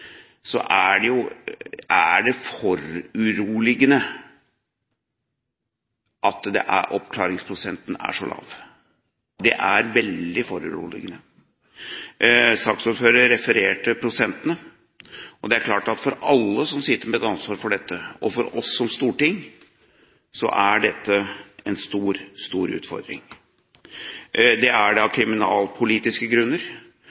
er det foruroligende at oppklaringsprosenten er så lav – veldig foruroligende. Saksordføreren refererte prosentene. Det er klart at for alle som sitter med et ansvar for dette, og for oss som storting, er dette en stor utfordring. Det er det av kriminalpolitiske grunner,